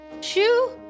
Shoo